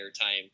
time